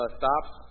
stops